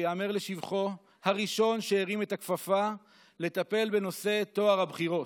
וייאמר לשבחו: הוא הראשון שהרים את הכפפה לטפל בנושא טוהר הבחירות.